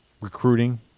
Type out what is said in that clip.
recruiting